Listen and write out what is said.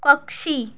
पक्षी